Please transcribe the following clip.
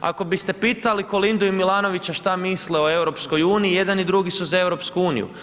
Ako biste pitali Kolindu i Milanovića što misle o EU, jedan i drugi su za EU.